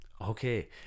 okay